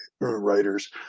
writers